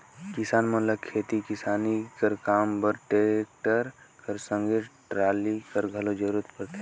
किसान मन ल खेती किसानी कर काम बर टेक्टर कर संघे टराली कर घलो जरूरत परथे